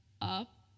up